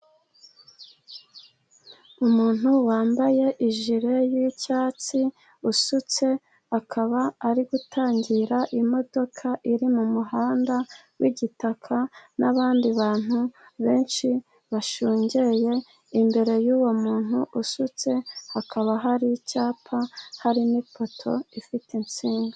Umuntu wambaye ijire y'icyatsi usutse, akaba ari gutangira imodoka iri mu muhanda w'igitaka n'abandi bantu benshi bashungeye, imbere y'uwo muntu usutse hakaba hari icyapa, hari n'ipoto ifite insinga.